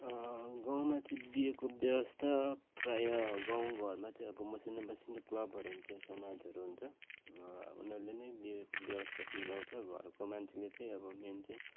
गाउँमा चाहिँ बिहेको व्यवस्था प्रायः गाउँघरमा चाहिँ अब मसिनो मसिनो क्लबहरू हुन्छ समाजहरू हुन्छ अब उनीहरूले नै बिहेको व्यवस्था चाहिँ मिलाउँछ घरको मान्छेले चाहिँ अब मेन चाहिँ